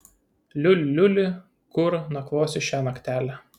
liuli liuli kur nakvosi šią naktelę